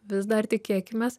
vis dar tikėkimės